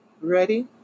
ready